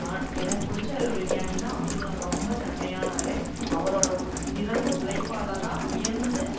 எனக்கு பிடிச்ச விஞ்ஞானினால் அப்துல் கலாம் ரொம்ப தன்மையானவர் அவரோடய உ சிறந்த உழைப்பால் தான் உயர்ந்து